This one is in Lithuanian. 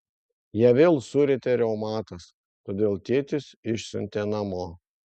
ją vėl surietė reumatas todėl tėtis išsiuntė namo